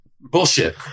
bullshit